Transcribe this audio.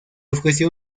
ofreció